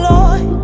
Lord